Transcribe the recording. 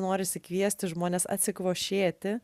norisi kviesti žmones atsikvošėti